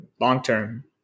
Long-term